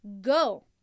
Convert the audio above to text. go